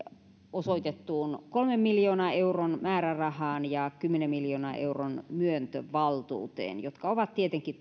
osoitettuun kolmen miljoonan euron määrärahaan ja kymmenen miljoonan euron myöntövaltuuteen jotka ovat tietenkin